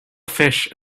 fish